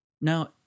Now